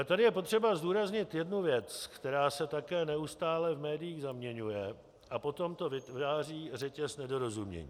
Tady je potřeba zdůraznit jednu věc, která se také neustále v médiích zaměňuje, a potom to vytváří řetěz nedorozumění.